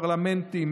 פרלמנטים,